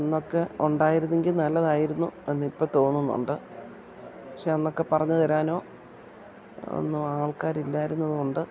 അന്നൊക്കെ ഉണ്ടായിരുന്നെങ്കിൽ നല്ലതായിരുന്നു എന്നിപ്പത്തോൾ തോന്നുന്നുണ്ട് പക്ഷെ അന്നൊക്കെ പറഞ്ഞ് തരാനോ ഒന്നും ആൾക്കാരില്ലായിരുന്നതുകൊണ്ട്